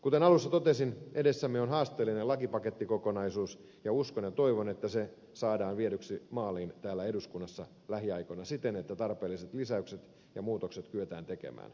kuten alussa totesin edessämme on haasteellinen lakipakettikokonaisuus ja uskon ja toivon että se saadaan viedyksi maaliin täällä eduskunnassa lähiaikoina siten että tarpeelliset lisäykset ja muutokset kyetään tekemään